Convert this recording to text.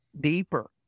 deeper